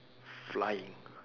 flying